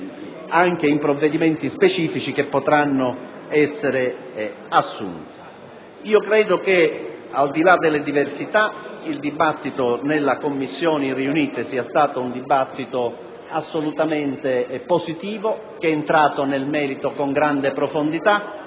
in provvedimenti specifici che potranno essere assunti. Credo che, al di là delle diversità, il dibattito nelle Commissioni riunite sia stato assolutamente positivo e che sia entrato nel merito con grande profondità.